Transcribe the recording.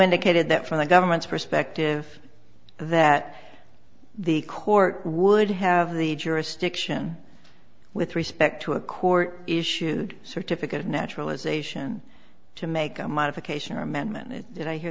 indicated that from the government's perspective that the court would have the jurisdiction with respect to a court issued certificate of naturalization to make a modification or amendment did i hear